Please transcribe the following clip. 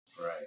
Right